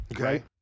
Okay